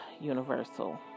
universal